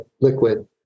liquid